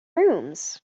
rooms